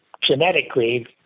genetically